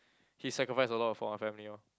he sacrifice a lot for my family orh